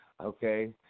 okay